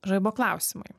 žaibo klausimai